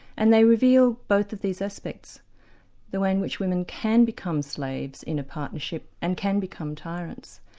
and they reveal both of these aspects the way in which women can become slaves in a partnership and can become tyrants.